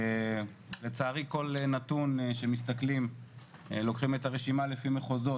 לצערי כל נתון שמסתכלים לוקחים את הרשימה לפי מחוזות